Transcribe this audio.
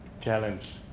challenge